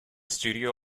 studio